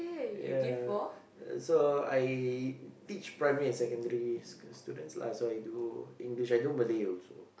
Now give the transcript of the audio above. ya so I teach primary and secondary school students that's what I do English I do Malay also